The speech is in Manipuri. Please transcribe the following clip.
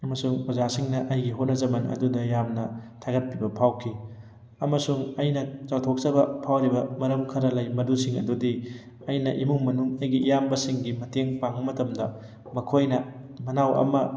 ꯑꯃꯁꯨꯡ ꯑꯣꯖꯥꯁꯤꯡꯅ ꯑꯩꯒꯤ ꯍꯣꯠꯅꯖꯃꯟ ꯑꯗꯨꯗ ꯌꯥꯝꯅ ꯊꯥꯒꯠꯄꯤꯕ ꯐꯥꯎꯈꯤ ꯑꯃꯁꯨꯡ ꯑꯩꯅ ꯆꯥꯎꯊꯣꯛꯆꯕ ꯐꯥꯎꯔꯤꯕ ꯃꯔꯝ ꯈꯔ ꯂꯩ ꯃꯗꯨꯁꯤꯡ ꯑꯗꯨꯗꯤ ꯑꯩꯅ ꯏꯃꯨꯡ ꯃꯅꯨꯡ ꯑꯩꯒꯤ ꯏꯌꯥꯝꯕꯁꯤꯡꯒꯤ ꯃꯇꯦꯡ ꯄꯥꯡꯕ ꯃꯇꯝꯗ ꯃꯈꯣꯏꯅ ꯃꯅꯥꯎ ꯑꯃ